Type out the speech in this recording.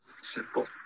Simple